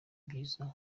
byiza